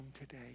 today